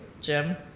Jim